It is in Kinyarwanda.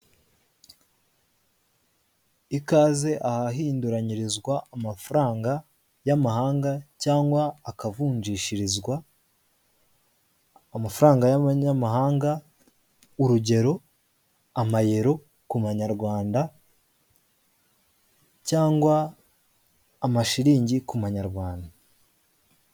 Ikaze ahahinduranyirizwa amafaranga y'amahanga cyangwa akavunjishirizwa, amafaranga y'abanyamahanga urugero amayero ku manyarwanda, cyangwa amashiriningi ku manyarwanda.